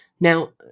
Now